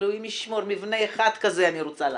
אלוהים ישמור, מבנה אחד כזה אני רוצה לערד.